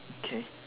okay